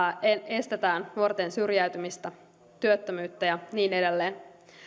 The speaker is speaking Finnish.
estetään nuorten syrjäytymistä työttömyyttä ja niin edelleen